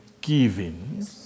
giving